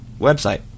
website